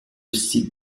site